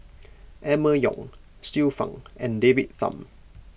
Emma Yong Xiu Fang and David Tham